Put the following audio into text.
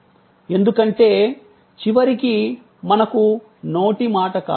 ఎందుకంటే చివరికి మనకు నోటి మాట కావాలి